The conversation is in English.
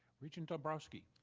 regent dombrouski?